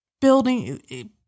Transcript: building